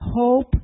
hope